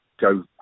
go